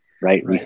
right